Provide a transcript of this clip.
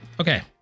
Okay